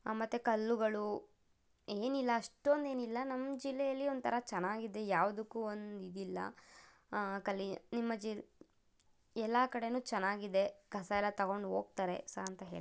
ಮತ್ತೆ ಕಲ್ಲುಗಳು ಏನಿಲ್ಲ ಅಷ್ಟೊಂದು ಏನಿಲ್ಲ ನಮ್ಮ ಜಿಲ್ಲೆಯಲ್ಲಿ ಒಂಥರ ಚೆನ್ನಾಗಿದೆ ಯಾವ್ದಕ್ಕೂ ಒಂದು ಇದಿಲ್ಲ ಕಲೆ ನಿಮ್ಮ ಜಿಲ್ ಎಲ್ಲ ಕಡೆಯೂ ಚೆನ್ನಾಗಿದೆ ಕಸ ಎಲ್ಲ ತಗೊಂಡೋಗ್ತಾರೆ ಸ ಅಂತ ಹೇಳಿ